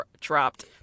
dropped